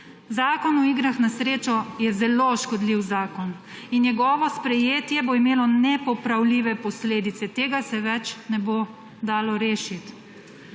Zakon o igrah na srečo je zelo škodljiv zakon in njegovo sprejetje bo imelo nepopravljive posledice. Tega se več ne bo dalo rešiti.